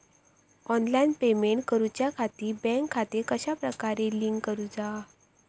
Online payment करुच्याखाती bank खाते कश्या प्रकारे लिंक करुचा?